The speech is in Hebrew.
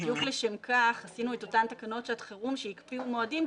בדיוק לשם כך התקנו את אותן תקנות שעת חירום שהקפיאו מועדים,